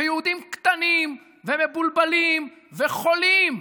ויהודים קטנים ומבולבלים, וחולים,